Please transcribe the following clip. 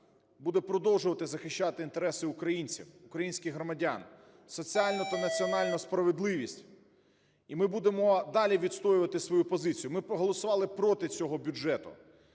буде продовжувати захищати інтереси українців, українських громадян, соціальну та національну справедливість, і ми будемо далі відстоювати свою позицію. Ми проголосували проти цього бюджету,